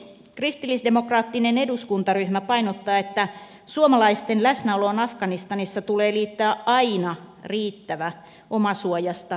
kristillisdemokraattinen eduskuntaryhmä painottaa että suomalaisten läsnäoloon afganistanissa tulee liittää aina riittävä omasuojasta huolehtiminen